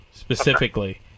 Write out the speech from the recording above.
Specifically